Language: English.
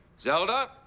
Zelda